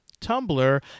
Tumblr